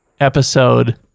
Episode